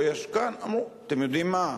אמרו: אתם יודעים מה,